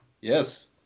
Yes